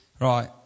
Right